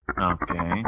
Okay